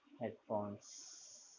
headphones